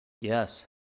yes